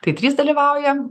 tai trys dalyvauja